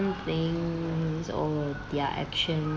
things or their actions